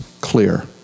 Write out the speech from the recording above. clear